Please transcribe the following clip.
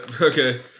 Okay